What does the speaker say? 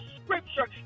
scripture